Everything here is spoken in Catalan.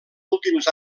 últims